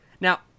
Now